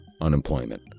unemployment